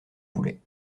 voulait